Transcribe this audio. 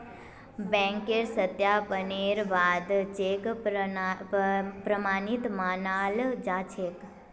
बैंकेर सत्यापनेर बा द चेक प्रमाणित मानाल जा छेक